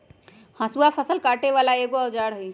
हसुआ फ़सल काटे बला एगो औजार हई